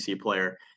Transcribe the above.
player